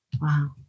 wow